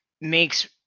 makes